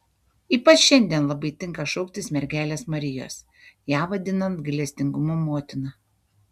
ypač šiandien labai tinka šauktis mergelės marijos ją vadinant gailestingumo motina